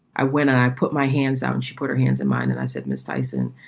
i went and i put my hands out and she put her hands in mine and i said, miss tyson,